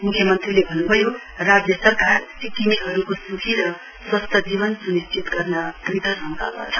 मुख्यमन्त्रीले भन्नुभयो राज्य सरकार सिक्किमेहरूको सुखी र स्वस्थ जीवन स्निश्चित गर्न कृतसंकल्प छ